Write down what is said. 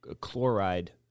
chloride